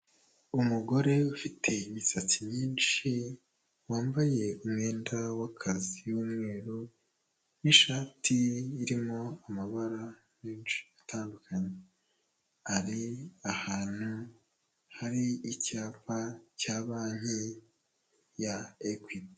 Umuhanda munini hakurya y'umuhanda hari inzu nini icururizwamo ibintu bitandukanye hari icyapa cy'amata n'icyapa gicuruza farumasi n'imiti itandukanye.